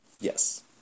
Yes